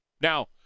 Now